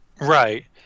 Right